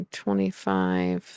twenty-five